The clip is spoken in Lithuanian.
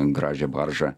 gražią baržą